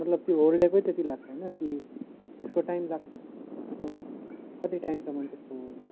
मतलब त्यो होल डेकै त्यति लाग्छ होइन कि त्यसको टाइम लाग्छ मतलब कति टाइमसम्म त्यसको